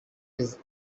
his